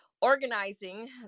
organizing